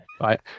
right